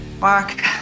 Mark